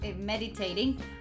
meditating